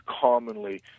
commonly